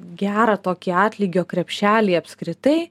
gerą tokį atlygio krepšelį apskritai